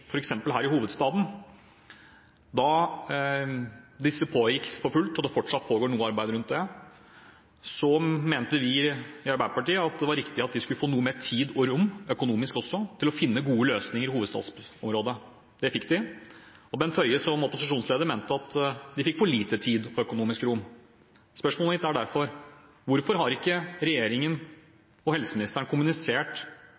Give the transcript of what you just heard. f.eks. her i hovedstaden. Da disse pågikk for fullt – og det pågår fortsatt noe arbeid knyttet til det – mente vi i Arbeiderpartiet at det var riktig at de skulle få noe mer tid og rom, økonomisk også, til å finne gode løsninger i hovedstadsområdet. Det fikk de, og Bent Høie som opposisjonsleder mente at de fikk for lite tid og økonomisk rom. Spørsmålet mitt er derfor: Hvorfor har ikke